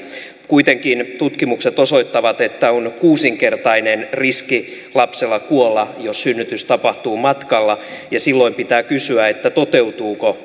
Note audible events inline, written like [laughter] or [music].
kuitenkin tutkimukset osoittavat että on kuusinkertainen riski lapsella kuolla jos synnytys tapahtuu matkalla ja silloin pitää kysyä toteutuuko [unintelligible]